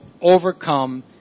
overcome